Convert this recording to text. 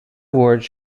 awards